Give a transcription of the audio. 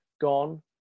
gone